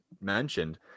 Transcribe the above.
mentioned